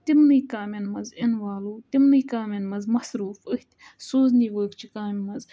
تِمنٕے کامٮ۪ن منٛز اِنوالو تِمنٕے کامٮ۪ن منٛز مصروٗف أتھۍ سوزنی ؤٲرٕک چہِ کامہِ منٛز